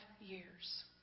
years